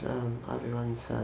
obi wan's.